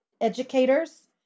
educators